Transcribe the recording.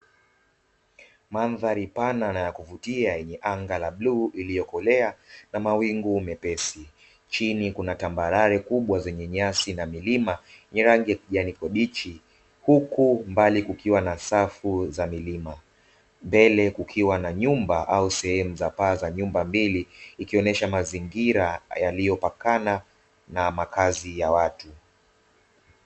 Mandhari pana na ya kuvutia yenye anga la bluu iliyokolea na mawingu mepesi, chini kuna tambarare kubwa zenye nyasi na milima yenye rangi ya kijani kibichi. Huku mbali kukiwa na safu za milima mbele kukiwa na nyumba au sehemu za paa za nyumba mbili, ikionyesha mazingira yaliyopakana na makazi ya watu.